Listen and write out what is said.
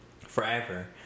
forever